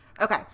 Okay